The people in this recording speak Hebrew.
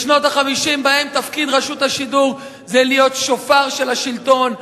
שבהן תפקיד רשות השידור היה להיות שופר של השלטון,